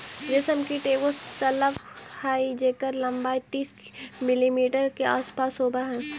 रेशम कीट एगो शलभ हई जेकर लंबाई तीस मिलीमीटर के आसपास होब हई